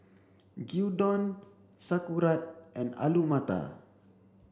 Gyudon Sauerkraut and Alu Matar